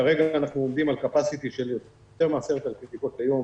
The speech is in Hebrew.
כרגע אנחנו עובדים על Capacity של יותר מ-10,000 בדיקות ליום.